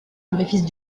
l’orifice